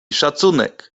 szacunek